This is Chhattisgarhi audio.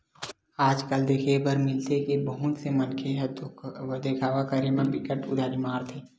आज कल देखे बर मिलथे के बहुत से मनखे ह देखावा करे म बिकट उदारी मारथे